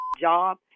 job